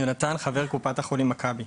יונתן חבר קופת החולים מכבי.